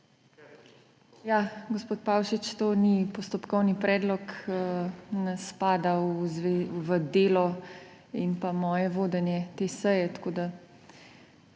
Gospod Pavšič, to ni postopkovni predlog, ne spada v delo in moje vodenje te seje, tako da